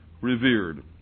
revered